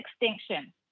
extinction